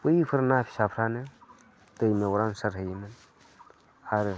बैफोर ना फिसाफ्रानो दैमायाव आं सारहैयोमोन आरो